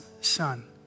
son